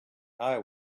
eye